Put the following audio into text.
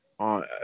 On